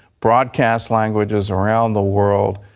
broadcast languages around the world,